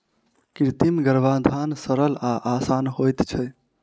कृत्रिम गर्भाधान सरल आ आसान होइत छै